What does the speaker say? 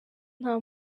nta